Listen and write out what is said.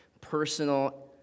personal